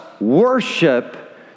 worship